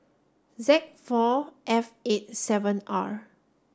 Z four F eight seven R